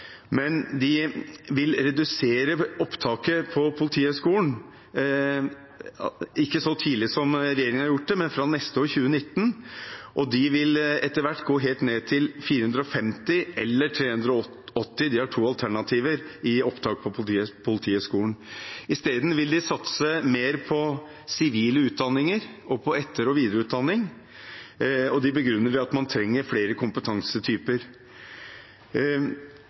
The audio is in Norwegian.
De vil ikke redusere opptaket på Politihøgskolen så tidlig som regjeringen har gjort det, men fra neste år, 2019. De vil etter hvert gå helt ned til 450 eller 380 – de har to alternativer i opptaket på Politihøgskolen. Isteden vil de satse mer på sivile utdanninger og på etter- og videreutdanning, og de begrunner det med at man trenger flere kompetansetyper.